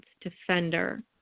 defender